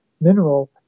mineral